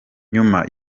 nyuma